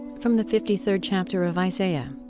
from the fifty third chapter of isaiah.